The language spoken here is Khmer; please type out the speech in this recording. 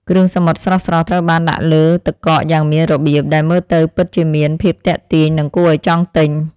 គ្រឿងសមុទ្រស្រស់ៗត្រូវបានដាក់លើទឹកកកយ៉ាងមានរបៀបដែលមើលទៅពិតជាមានភាពទាក់ទាញនិងគួរឱ្យចង់ទិញ។